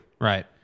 Right